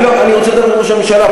אני רוצה לדבר אל ראש הממשלה,